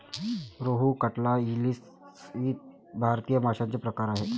रोहू, कटला, इलीस इ भारतीय माशांचे प्रकार आहेत